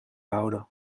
houden